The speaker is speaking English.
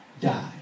die